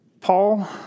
Paul